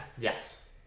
Yes